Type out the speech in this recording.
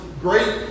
great